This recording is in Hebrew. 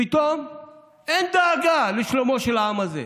פתאום אין דאגה לשלומו של העם הזה.